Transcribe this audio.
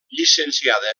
llicenciada